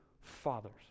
fathers